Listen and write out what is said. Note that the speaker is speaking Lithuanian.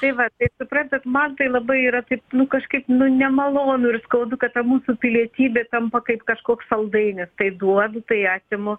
tai va tai suprantat man tai labai yra taip nu kažkaip nu nemalonu ir skaudu kad ta mūsų pilietybė tampa kaip kažkoks saldainis tai duodu tai atimu